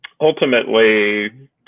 ultimately